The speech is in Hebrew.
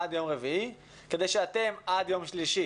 עד יום רביעי כדי שאתם עד יום שלישי